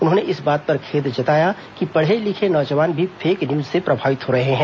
उन्होंने इस बात पर खेद जताया कि पढ़े लिखे नौजवान भी फेक न्यूज से प्रभावित हो रहे हैं